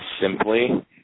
simply